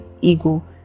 ego